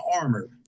armor